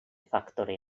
faktory